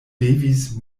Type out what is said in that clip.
devis